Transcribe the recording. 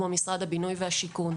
כמו למשל משרד הבינוי והשיכון,